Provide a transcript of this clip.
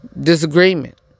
disagreement